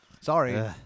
Sorry